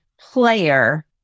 player